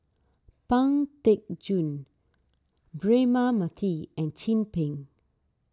Pang Teck Joon Braema Mathi and Chin Peng